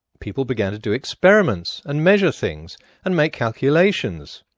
people began to do experiments and measure things and make calculations.